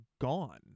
gone